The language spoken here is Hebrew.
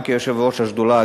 גם כיושב-ראש השדולה,